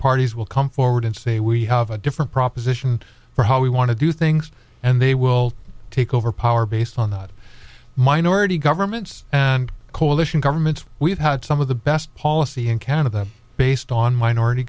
parties will come forward and say we have a different proposition for how we want to do things and they will take over power based on the minority governments and coalition governments we've had some of the best policy and can of them based on minority